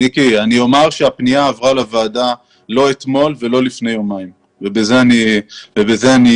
אני אומר שהפנייה עברה לוועדה לא אתמול ולא לפני יומיים ובזה אני אסיים.